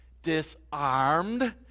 disarmed